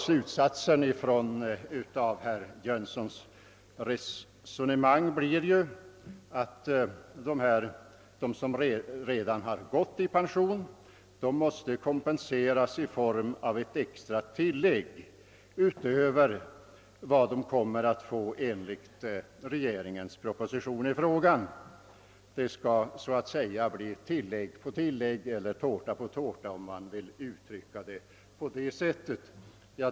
Slutsatsen av herr Jönssons resonemang blir ju att de som redan har pensionerats måste kompenseras genom ett extra tillägg utöver vad de kommer att få enligt regeringens proposition i frågan. Det skall så att säga bli tillägg på tillägg — eller tårta på tårta, om man vill uttrycka det på det sättet.